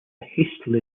hastily